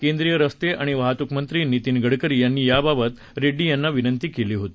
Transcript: केंद्रीय रस्ते आणि वाहतूकमंत्री नितीन गडकरी यांनी या बाबत रेड्डी यांना विनंती केली होती